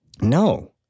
No